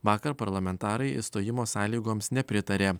vakar parlamentarai išstojimo sąlygoms nepritarė